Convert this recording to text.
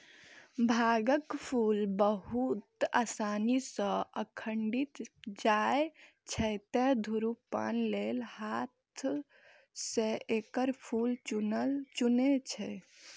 भांगक फूल बहुत आसानी सं उखड़ि जाइ छै, तें धुम्रपान लेल हाथें सं एकर फूल चुनै छै